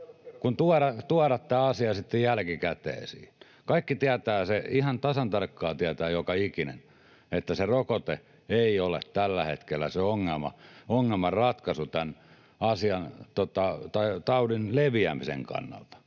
vaan tuodaan tämä asia sitten jälkikäteen esiin? Kaikki tietävät sen — ihan tasan tarkkaan tietää joka ikinen — että se rokote ei ole tällä hetkellä se ongelmanratkaisu tämän taudin leviämisen kannalta